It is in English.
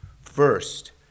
First